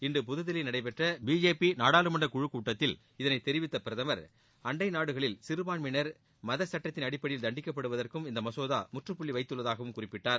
இன்று புதுதில்லியில் நடைபெற்ற பிஜேபி நாடாளுமன்றக்குழு கூட்டத்தில் இதைத் தெரிவித்த பிரதமர் அண்டை நாடுகளில் சிறுபான்மையினர் மத சுட்டத்தின் அடிப்படையில் தண்டிக்கப்படுவதற்கும் இந்த மசோதா முற்றப்பள்ளி வைத்துள்ளதாகவும் குறிப்பிட்டார்